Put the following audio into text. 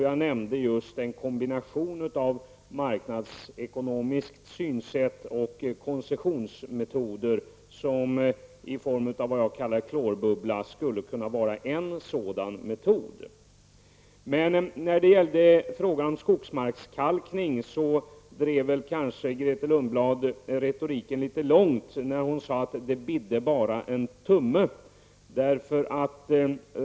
Jag nämnde en kombination av marknadsekonomiskt synsätt och koncessionsmetoder, som i form av vad jag kallar klorbubbla skulle kunna vara ett alternativ. Grethe Lundblad retoriken litet väl långt. Hon sade att det bara bidde en tumme.